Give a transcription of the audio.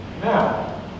Now